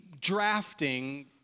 drafting